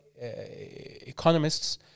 economists